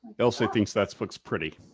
ilse and thinks that looks pretty.